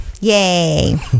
Yay